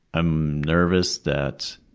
i'm nervous that